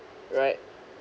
right